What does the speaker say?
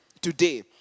today